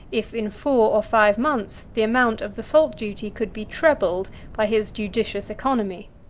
if in four or five months the amount of the salt-duty could be trebled by his judicious economy.